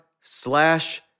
slash